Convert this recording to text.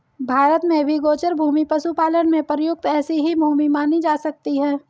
भारत में भी गोचर भूमि पशुपालन में प्रयुक्त ऐसी ही भूमि मानी जा सकती है